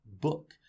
book